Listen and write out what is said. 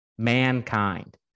mankind